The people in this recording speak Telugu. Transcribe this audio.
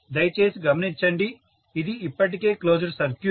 దయచేసి గమనించండి ఇది ఇప్పటికే క్లోజ్డ్ సర్క్యూట్